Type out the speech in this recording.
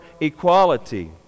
equality